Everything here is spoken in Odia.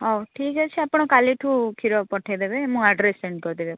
ହଉ ଠିକ୍ ଅଛି ଆପଣ କାଲି ଠୁ କ୍ଷୀର ପଠାଇ ଦେବେ ମୁଁ ଆଡ଼୍ରେସ୍ ସେଣ୍ଡ କରିଦେବି